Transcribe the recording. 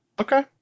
Okay